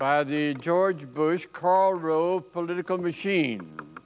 by the george bush karl rove political machine